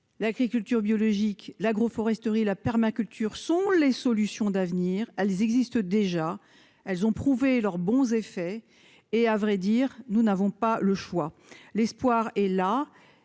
l'agriculture biologique, l'agroforesterie la permaculture sont les solutions d'avenir, elles existent déjà, elles ont prouvé leur bons effets et, à vrai dire, nous n'avons pas le choix, l'espoir est là,